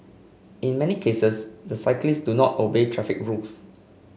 in many cases the cyclists do not obey traffic rules